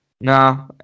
no